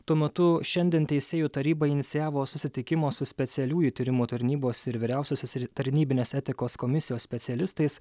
tuo metu šiandien teisėjų taryba inicijavo susitikimo su specialiųjų tyrimų tarnybos ir vyriausiosios tarnybinės etikos komisijos specialistais